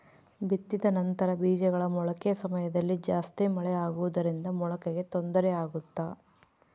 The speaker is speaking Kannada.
ಬಿತ್ತಿದ ನಂತರ ಬೇಜಗಳ ಮೊಳಕೆ ಸಮಯದಲ್ಲಿ ಜಾಸ್ತಿ ಮಳೆ ಆಗುವುದರಿಂದ ಮೊಳಕೆಗೆ ತೊಂದರೆ ಆಗುತ್ತಾ?